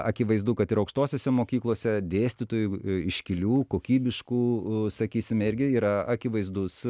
akivaizdu kad ir aukštosiose mokyklose dėstytojų iškilių kokybiškų u sakysime irgi yra akivaizdus